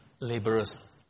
laborers